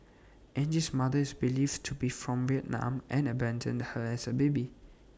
Angie's mother is believed to be from Vietnam and abandoned her as A baby